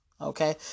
Okay